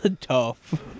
tough